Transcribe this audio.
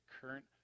current